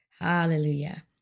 Hallelujah